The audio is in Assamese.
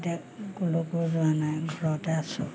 এতিয়া ক'লৈকো যোৱা নাই ঘৰতে আছোঁ